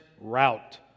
route